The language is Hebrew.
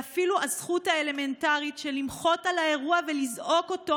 ואפילו הזכות האלמנטרית של למחות על האירוע ולזעוק אותו,